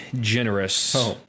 generous